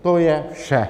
To je vše.